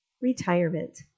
Retirement